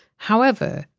however,